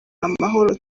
amahoro